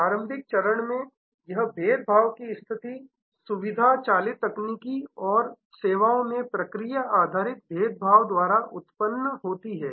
प्रारंभिक चरण में यह भेदभाव की स्थिति सुविधा चालित तकनीकी और सेवाओं में प्रक्रिया आधारित भेदभाव द्वारा उत्पन्न होती है